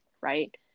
right